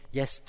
Yes